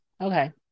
okay